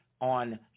on